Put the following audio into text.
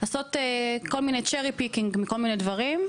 לעשות כל מיני "צ'רי פיקינג" מכל מיני דברים,